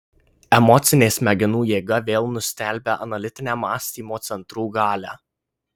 emocinė smegenų jėga vėl nustelbia analitinę mąstymo centrų galią